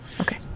Okay